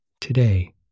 Today